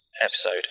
Episode